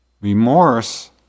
Remorse